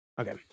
Okay